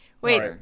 wait